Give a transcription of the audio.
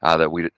ah that we,